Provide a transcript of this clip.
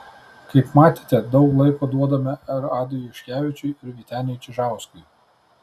kaip matėte daug laiko duodame ir adui juškevičiui ir vyteniui čižauskui